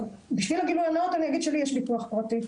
בשביל הגילוי הנאות אני אגיד שיש לי ביטוח פרטי,